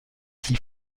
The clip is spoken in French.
s’y